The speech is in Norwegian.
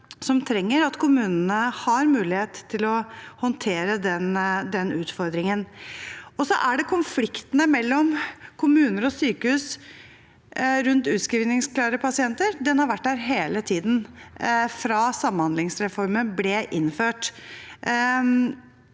som trenger at kommunene har mulighet til å håndtere den utfordringen. Og så er det konflikt mellom kommuner og sykehus rundt utskrivningsklare pasienter. Den har vært der hele tiden fra samhandlingsreformen ble innført.